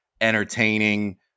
entertaining